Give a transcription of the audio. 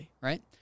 right